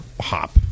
hop